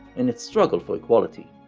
in its struggle for equality.